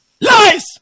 Lies